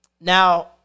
now